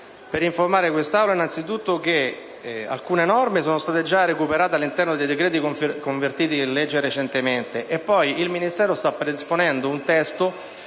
per informare quest'Aula che alcune norme sono state già recuperate all'interno dei decreti-legge convertiti in legge recentemente. Inoltre, il Ministero sta predisponendo un testo